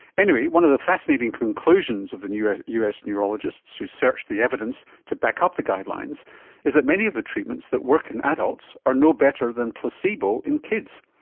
anyway, one of the fascinating conclusions of the us us neurologists who searched the evidence to back up the guidelines is that many of the treatments that work in adults are no better than placebo in kids.